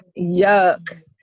Yuck